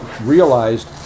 realized